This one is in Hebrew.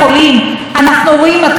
במיוחד הצפון,